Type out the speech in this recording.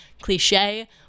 cliche